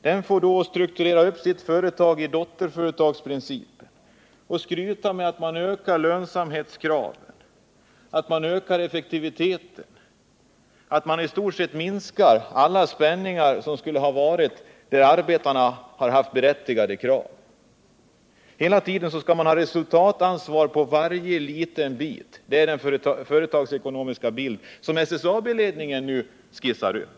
Den får strukturera upp företaget enligt dotterbolagsprincipen och skryta med att den ökar lönsamhetsgraden och effektiviteten och i stort sett minskar alla de spänningar som skulle ha uppstått på grund av arbetarnas berättigade krav. Hela tiden skall man ha resultatansvar på varje liten bit av företaget. Det är den företagsekonomiska bild som SSAB ledningen nu skisserar.